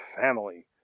family